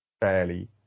fairly